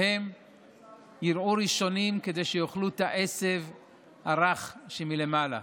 ירעו ראשונים כדי שיאכלו את העשב הרך שמלמעלה,